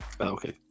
Okay